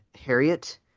Harriet